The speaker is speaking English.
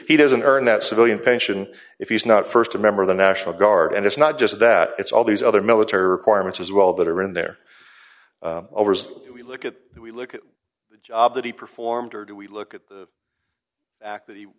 he doesn't earn that civilian pension if he's not st a member of the national guard and it's not just that it's all these other military requirements as well that are in there overs we look at we look at the job that he performed or do we look at act that he